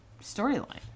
storyline